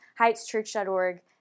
heightschurch.org